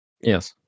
Yes